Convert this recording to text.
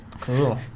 Cool